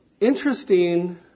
interesting